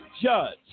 judge